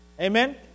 Amen